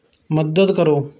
ਮਦਦ ਕਰੋ